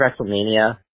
WrestleMania